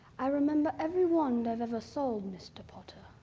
i remember every wand i've ever sold, mr. potter.